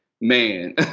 man